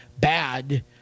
bad